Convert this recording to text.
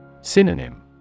Synonym